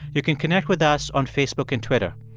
you can connect with us on facebook and twitter.